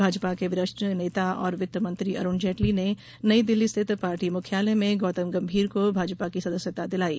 भाजपा के वरिष्ठ नेता और वित्त मंत्री अरुण जेटली ने नई दिल्ली स्थित पार्टी मुख्यालय में गौतम गंभीर को भाजपा की सदस्यता दिलायी